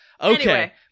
Okay